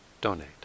donate